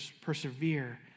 persevere